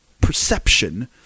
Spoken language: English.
Perception